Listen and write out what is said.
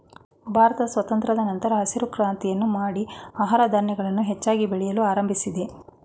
ಭಾರತ ಸ್ವಾತಂತ್ರದ ನಂತರ ಹಸಿರು ಕ್ರಾಂತಿಯನ್ನು ಮಾಡಿ ಆಹಾರ ಧಾನ್ಯಗಳನ್ನು ಹೆಚ್ಚಾಗಿ ಬೆಳೆಯಲು ಆರಂಭಿಸಿದೆ